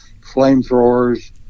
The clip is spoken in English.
flamethrowers